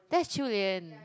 that's Qiu-Lian